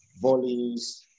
volleys